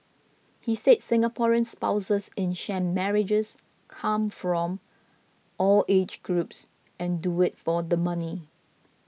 he said Singaporean spouses in sham marriages come from all age groups and do it for the money